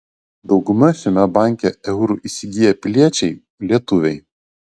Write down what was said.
dauguma šiame banke eurų įsigiję piliečiai lietuviai